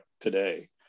today